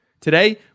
Today